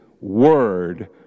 word